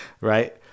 Right